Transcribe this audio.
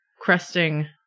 cresting